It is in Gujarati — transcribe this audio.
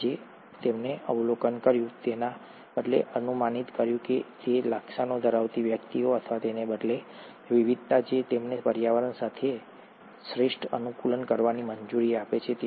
તેથી તેમણે જે અવલોકન કર્યું અને તેના બદલે અનુમાનિત કર્યું તે એ છે કે લક્ષણો ધરાવતી વ્યક્તિઓ અથવા તેના બદલે વિવિધતા જે તેમને પર્યાવરણ સાથે શ્રેષ્ઠ અનુકૂલન કરવાની મંજૂરી આપે છે